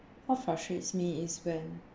what frustrates me is when